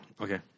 Okay